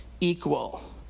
equal